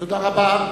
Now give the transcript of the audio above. תודה רבה.